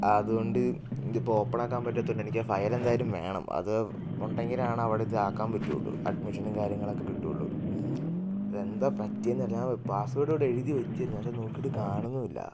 അതുകൊണ്ട് ഇതിപ്പോൾ ഓപ്പൺ ആക്കാൻ പറ്റാത്തതുകൊണ്ട് എനിക്കാ ഫയല് എന്തായാലും വേണം അത് ഉണ്ടെങ്കിലാണ് അവിടെ ഇതാക്കാൻ പറ്റുള്ളൂ അഡ്മിഷനും കാര്യങ്ങളൊക്കെ കിട്ടുള്ളൂ അതെന്താ പറ്റിയത് എന്നറിയില്ല ഞാൻ പാസ്വേർഡ് ഇവിടെ എഴുതി വെച്ചിരുന്നു പക്ഷെ നോക്കിയിട്ട് കാണുന്നും ഇല്ല